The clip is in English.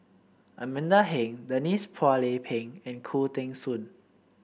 Amanda Heng Denise Phua Lay Peng and Khoo Teng Soon